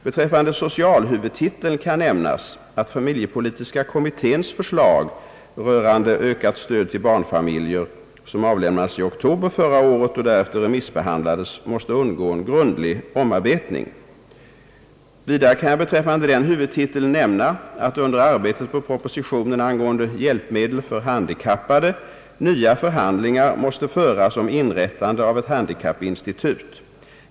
Beträffande <socialhuvudtiteln kan nämnas att familjepolitiska kommitténs förslag rörande ökat stöd till barnfamiljer, som avlämnades i oktober förra året och därefter remissbehandlades, måste undergå en grundlig omarbetning. Vidare kan jag beträffande denna huvudtitel nämna, att under arbetet på propositionen angående hjälpmedel för handikappade har nya förhandlingar måst föras om inrättande av ett handikappinstitut.